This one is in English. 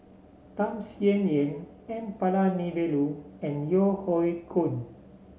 Tham Sien Yen N Palanivelu and Yeo Hoe Koon